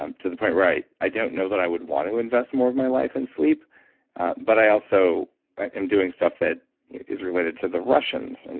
um to the point where i don't know that i would want to invest more of my life in sleep but i also am doing stuff that is related to the russians. and